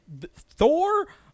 Thor